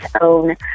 own